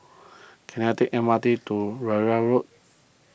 can I take M R T to Rowell Road